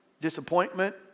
disappointment